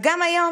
וגם היום,